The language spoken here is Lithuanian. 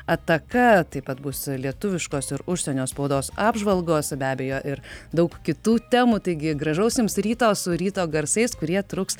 ataka taip pat bus lietuviškos ir užsienio spaudos apžvalgos be abejo ir daug kitų temų taigi gražaus jums ryto su ryto garsais kurie truks